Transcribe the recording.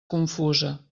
confusa